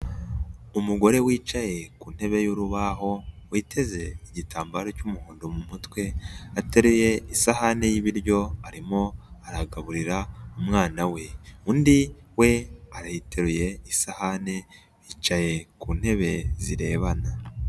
Umugore wicaye ku ntebe y'urubaho, witeze igitambaro cy'umuhondo mu mutw,e atereye isahani y'ibiryo arimo aragaburira umwana we, undi we ateruye isahani yicaye ku ntebe, zirebana.